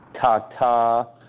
Tata